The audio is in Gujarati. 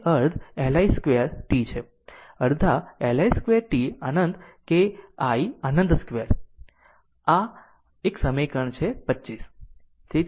તેથી તે અર્ધ Li 2 t છે અડધા Li 2 t અનંત કે i અનંત 2 આ એક સમીકરણ છે 25